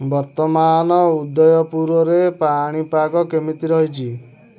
ବର୍ତ୍ତମାନ ଉଦୟପୁରରେ ପାଣିପାଗ କେମିତି ରହିଛି